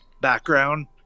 background